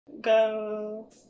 go